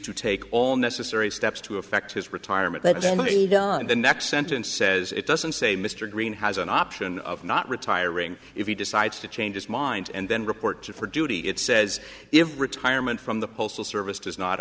to take all necessary steps to affect his retirement let me done the next sentence says it doesn't say mr green has an option of not retiring if he decides to change his mind and then report for duty it says if retirement from the postal service does not